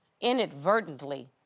inadvertently